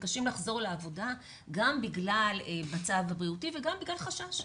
מתקשים לחזור לעבודה גם בגלל מצב בריאותי וגם בגלל חשש.